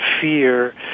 fear